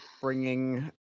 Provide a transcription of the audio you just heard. bringing